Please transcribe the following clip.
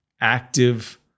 active